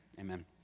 amen